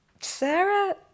sarah